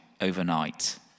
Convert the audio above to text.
overnight